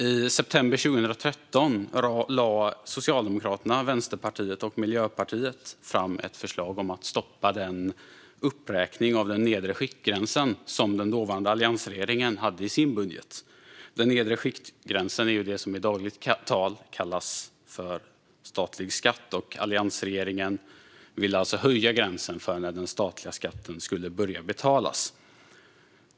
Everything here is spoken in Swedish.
I september 2013 lade Socialdemokraterna, Vänsterpartiet och Miljöpartiet fram ett förslag om att stoppa den uppräkning av den nedre skiktgränsen som den dåvarande alliansregeringen hade i sin budget. Den nedre skiktgränsen är det som i dagligt tal kallas för gränsen för statlig skatt. Alliansregeringen ville alltså höja gränsen för när den statliga skatten skulle börja betalas.